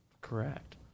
correct